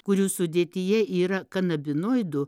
kurių sudėtyje yra kanabinoidų